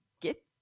get